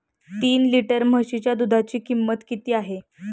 तीन लिटर म्हशीच्या दुधाची किंमत किती आहे?